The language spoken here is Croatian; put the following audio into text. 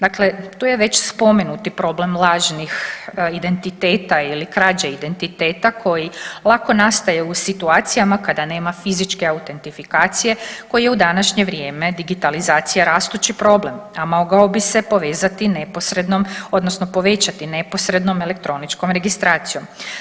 Dakle, tu je već spomenuti problem lažnih identiteta ili krađe identiteta koji lako nastaje u situacijama kada nema fizičke autentifikacije koji je u današnje vrijeme digitalizacije rastući problem, a mogao bi se povezati neposrednom odnosno povećati neposrednom elektroničkom registracijom.